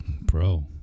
Bro